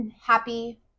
happy